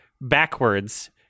backwards